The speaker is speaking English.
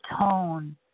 tone